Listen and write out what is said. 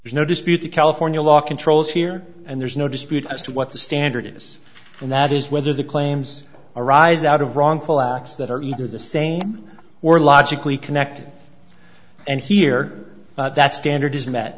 there's no dispute in california law controls here and there's no dispute as to what the standard is and that is whether the claims arise out of wrongful acts that are either the same or logically connected and here that standard is m